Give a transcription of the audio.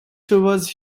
towards